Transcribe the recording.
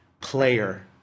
player